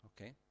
Okay